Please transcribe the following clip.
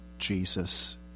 Jesus